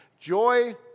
Joy